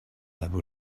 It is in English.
able